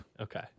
Okay